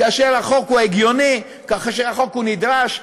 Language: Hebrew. כאשר החוק הגיוני, כאשר החוק נדרש.